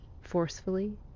forcefully